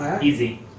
Easy